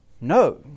No